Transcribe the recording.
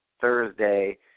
Thursday